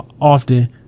often